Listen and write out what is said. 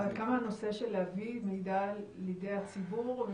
עד כמה הנושא של הבאת מידע לידי הציבור,